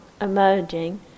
emerging